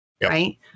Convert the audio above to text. right